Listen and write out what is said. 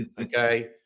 okay